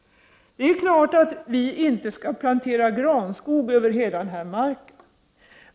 Det är klart att vi inte skall plantera granskog över hela den här marken.